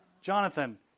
Jonathan